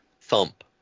thump